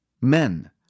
Men